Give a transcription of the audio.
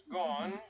gone